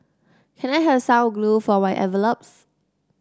can I have some glue for my envelopes